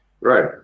Right